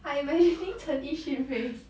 I imagining chen yi xun face